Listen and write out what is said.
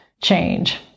change